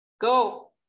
Go